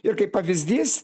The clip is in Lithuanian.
ir kaip pavyzdys